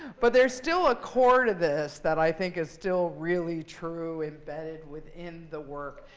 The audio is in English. but there's still a core to this that i think is still really true embedded within the work.